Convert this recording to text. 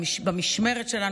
זה במשמרת שלנו.